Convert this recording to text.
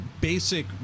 basic